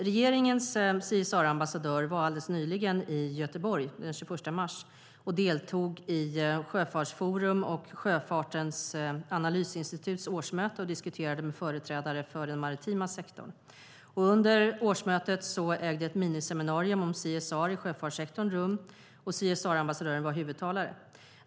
Regeringens CSR-ambassadör var alldeles nyligen i Göteborg - den 21 mars - och deltog i Sjöfartsforums och Sjöfartens Analysinstituts årsmöte och diskuterade med företrädare för den maritima sektorn. Under årsmötet ägde ett miniseminarium om CSR i sjöfartssektorn rum, och CSR-ambassadören var huvudtalare.